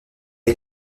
est